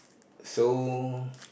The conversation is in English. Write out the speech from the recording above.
so